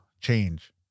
change